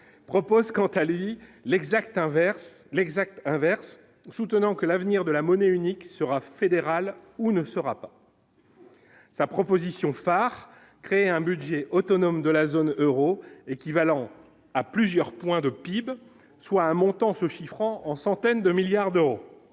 propose quant Ali l'exact inverse l'exact inverse, soutenant que l'avenir de la monnaie unique sera fédérale ou ne sera pas sa proposition phare : créer un budget autonome de la zone Euro équivalent à plusieurs points de PIB, soit un montant se chiffrant en centaines de milliards d'euros